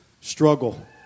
Struggle